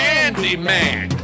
Candyman